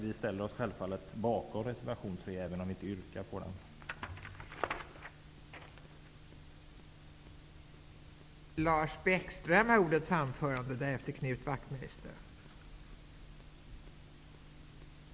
Vi ställer oss självfallet bakom reservation 3, även om vi inte yrkar bifall till den.